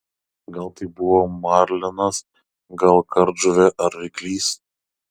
gal tai buvo marlinas gal kardžuvė ar ryklys